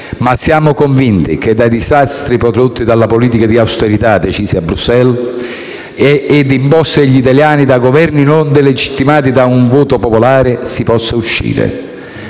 che si possa uscire dai disastri prodotti dalla politica di *austerity* decisa a Bruxelles e imposta agli italiani da Governi non legittimati da un voto popolare. E se ne uscirà